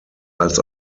als